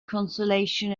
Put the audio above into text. consolation